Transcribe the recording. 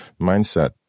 mindset